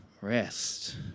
rest